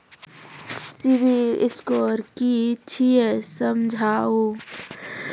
Civil score कि छियै समझाऊ?